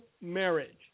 marriage